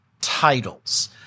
titles